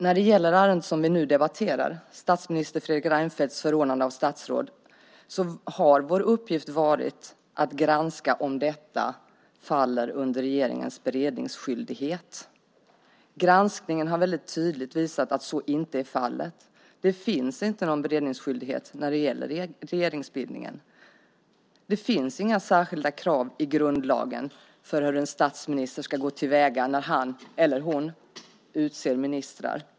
När det gäller det ärende som vi nu debatterar, statsminister Fredrik Reinfeldts förordnande av statsråd, har vår uppgift varit att granska om det faller under regeringens beredningsskyldighet. Granskningen har väldigt tydligt visat att så inte är fallet. Det finns inte någon beredningsskyldighet när det gäller regeringsbildningen. Det finns inga särskilda krav i grundlagen för hur en statsminister ska gå till väga när han eller hon utser ministrar.